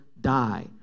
die